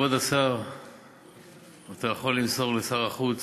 כבוד השר, אתה יכול למסור לשר החוץ